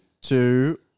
two